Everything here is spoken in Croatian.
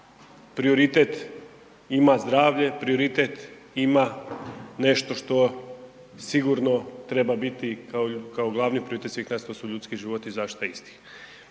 prioritet ima zdravlje, prioritet ima nešto što sigurno treba biti kao glavni prioritet svih nas, a to su ljudski životi i zaštita istih.